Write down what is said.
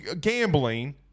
gambling